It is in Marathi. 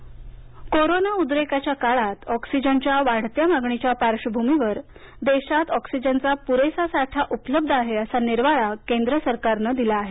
ऑक्सिजन परवठा कोरोना उद्रेकाच्या काळात ऑक्सिजनच्या वाढत्या मागणीच्या पार्श्वभूमीवर देशात ऑक्सिजनचा पुरेसा साठा उपलब्ध आहे असा निर्वाळा केंद्र सरकारनं दिला आहे